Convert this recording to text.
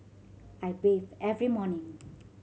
I bathe every morning